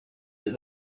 that